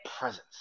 presence